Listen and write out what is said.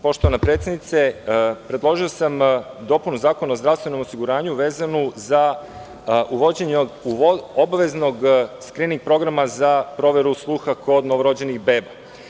Poštovana predsednice, predložio sam dopunu Zakona o zdravstvenom osiguranju vezano za uvođenje obaveznog skrining programa za proveru sluha kod novorođenih beba.